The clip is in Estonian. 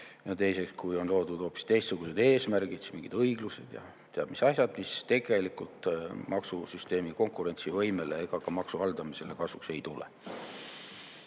teiseks, kui on seatud hoopis teistsugused eesmärgid, mingid õiglused ja teab mis asjad, mis tegelikult maksusüsteemi konkurentsivõimele ega ka maksuhaldamisele kasuks ei tule.